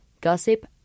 gossip